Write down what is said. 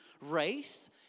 race